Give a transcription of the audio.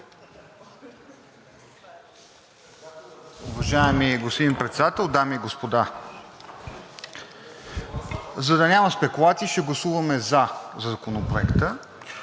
Уважаеми господин Председател, дами и господа! За да няма спекулации, ще гласуваме за Законопроекта,